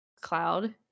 cloud